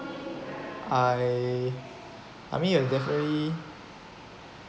I I mean I'll definitely